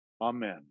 amen